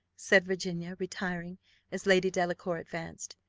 said virginia, retiring as lady delacour advanced.